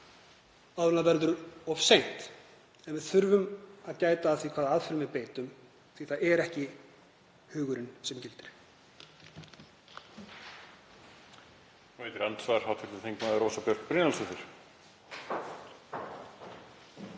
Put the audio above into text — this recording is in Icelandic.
verður of seint. En við þurfum að gæta að því hvaða aðferðum við beitum því að það er ekki hugurinn sem gildir.